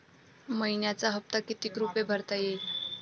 मइन्याचा हप्ता कितीक रुपये भरता येईल?